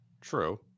True